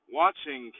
watching